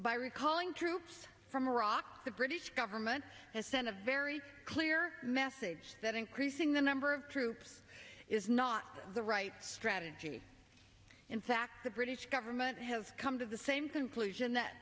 by recalling troops from iraq the british government has sent a very clear message that increasing the number of troops is not the right strategy in fact the british government has come to the same